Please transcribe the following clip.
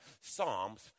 Psalms